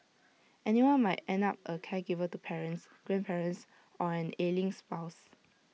anyone might end up A caregiver to parents grandparents or an ailing spouse